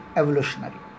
evolutionary।